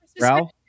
Ralph